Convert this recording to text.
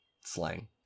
slang